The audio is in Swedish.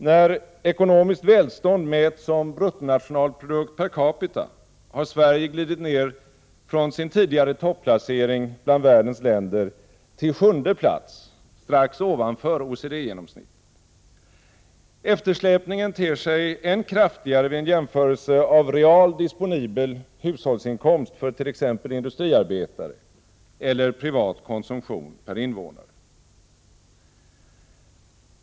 När ekonomiskt välstånd mäts som bruttonationalprodukt per capita, har Sverige glidit ner från sin tidigare topplacering bland världens länder till sjunde plats, strax ovanför OECD-genomsnittet. Eftersläpningen ter sig än kraftigare vid en jämförelse av real disponibel hushållsinkomst för t.ex. industriarbetare eller privat konsumtion per invånare.